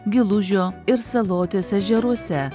gilužio ir salotės ežeruose